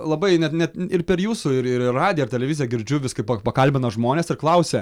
labai net net ir per jūsų ir ir radiją ir televiziją girdžiu vis kaip pa pakalbina žmones ir klausia